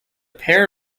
pair